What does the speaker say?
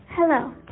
Hello